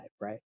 right